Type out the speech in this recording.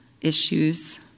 issues